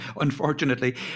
Unfortunately